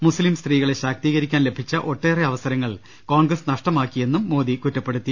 മുസ്ലിം സ്ത്രീകളെ ശാക്തീകരിക്കാൻ ലഭിച്ച ഒട്ടേറെ അവസരങ്ങൾ കോൺഗ്രസ് നഷ്ടമാക്കിയെന്നും മോദി കുറ്റ പ്പെടുത്തി